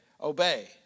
Obey